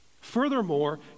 Furthermore